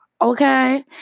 okay